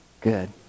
Good